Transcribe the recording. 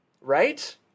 right